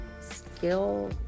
skill